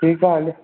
ठीकु आहे हले